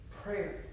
prayer